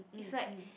it's like